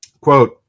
Quote